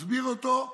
מסביר אותו.